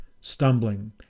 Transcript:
stumbling